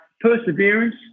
perseverance